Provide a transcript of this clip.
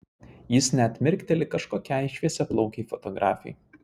jis net mirkteli kažkokiai šviesiaplaukei fotografei